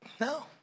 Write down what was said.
No